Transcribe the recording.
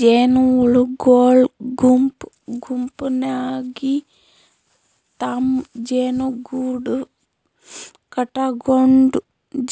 ಜೇನಹುಳಗೊಳ್ ಗುಂಪ್ ಗುಂಪಾಗಿ ತಮ್ಮ್ ಜೇನುಗೂಡು ಕಟಗೊಂಡ್